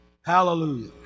Hallelujah